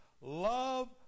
love